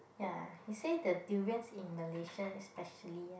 ya he say the durians in Malaysia especially ya